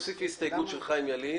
נוסיף הסתייגות של חיים ילין.